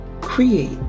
create